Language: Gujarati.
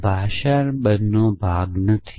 તે ભાષાનો ભાગ નથી